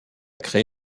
créé